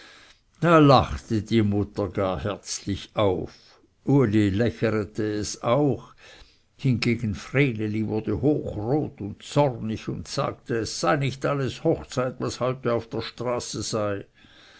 da lachte die mutter gar herzlich auf uli lächerete es auch hingegen vreneli wurde hochrot und zornig und sagte es seien nicht alles hochzeit was heute auf der straße sei